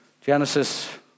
Genesis